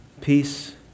Peace